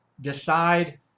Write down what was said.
decide